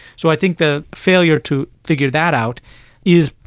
so i think the failure to figure that out is,